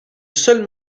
seul